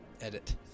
Edit